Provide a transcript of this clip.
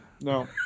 No